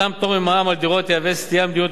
מתן פטור ממע"מ על דירות יהיה סטייה ממדיניות